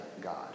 God